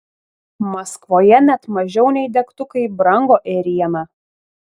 maskvoje net mažiau nei degtukai brango ėriena